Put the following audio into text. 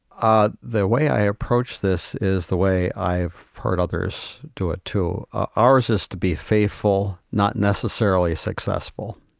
ah the way i approach this is the way i have heard others do it, too. ours is to be faithful, not necessarily successful.